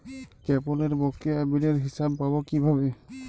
কেবলের বকেয়া বিলের হিসাব পাব কিভাবে?